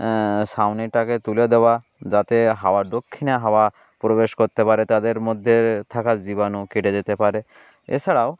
ছাউনি টাকে তুলে দেওয়া যাতে হাওয়ার দক্ষিণে হাওয়া প্রবেশ করতে পারে তাদের মধ্যে থাকা জীবাণু কেটে যেতে পারে এছাড়াও